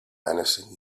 menacing